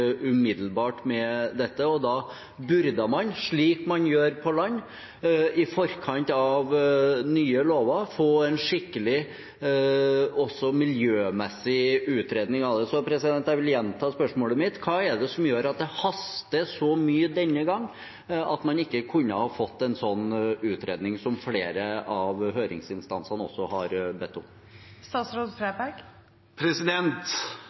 umiddelbart, og da burde man, slik man gjør på land, i forkant av nye lover også få en skikkelig miljømessig utredning av det. Så jeg vil gjenta spørsmålet mitt: Hva er det som gjør at det haster så mye denne gang at man ikke kunne ha fått en sånn utredning som også flere av høringsinstansene har bedt